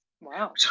Wow